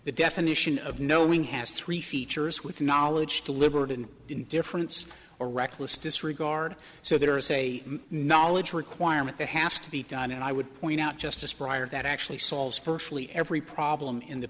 the definition of knowing has three features with knowledge deliberate and indifference or reckless disregard so there is a knowledge requirement that has to be done and i would point out justice prior that actually solves personally every problem in the